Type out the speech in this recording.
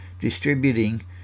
distributing